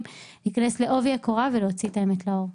להיכנס לעובי הקורה ולהוציא את האמת לאור.